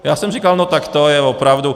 Já jsem říkal, no tak to je opravdu.